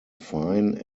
fine